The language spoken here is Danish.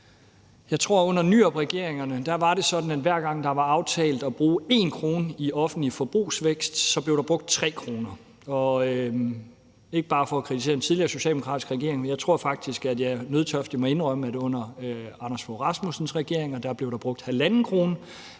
Jeg tror, at under Nyrupregeringerne var det sådan, at hver gang der var aftalt at bruge 1 kr. i offentlig forbrugsvækst, blev der brugt 3 kr., og for ikke bare at kritisere den tidligere socialdemokratiske regering, tror jeg faktisk, at jeg nødtørftigt må indrømme, at under Anders Fogh Rasmussens regeringer blev der brugt 1,50 kr.,